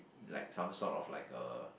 like some sort of like a